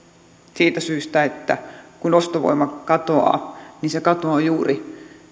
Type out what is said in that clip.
siitä syystä että kun ostovoima katoaa se katoaa juuri